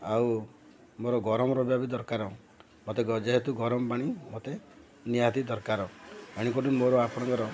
ଆଉ ମୋର ଗରମ ରହିବା ବି ଦରକାର ମୋତେ ଯେହେତୁ ଗରମ ପାଣି ମୋତେ ନିହାତି ଦରକାର ଏଣୁ କରି ମୋର ଆପଣଙ୍କର